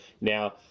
now